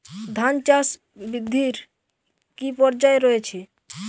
ধান চাষ বৃদ্ধির কী কী পর্যায় রয়েছে?